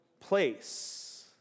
place